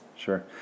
Sure